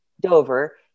Dover